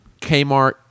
Kmart